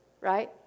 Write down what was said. Right